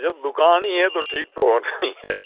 جب دکان ہی ہے تو ٹھیک تو ہونا ہی ہے